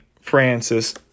Francis